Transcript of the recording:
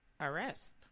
Arrest